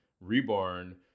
reborn